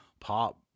pop